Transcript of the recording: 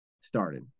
started